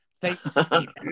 Thanks